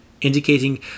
indicating